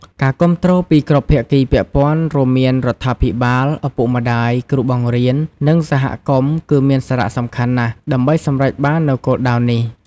ការគាំទ្រពីគ្រប់ភាគីពាក់ព័ន្ធ រួមមានរដ្ឋាភិបាល ឪពុកម្តាយ គ្រូបង្រៀន និងសហគមន៍ គឺមាន សារៈសំខាន់ណាស់ ដើម្បីសម្រេចបាននូវគោលដៅនេះ។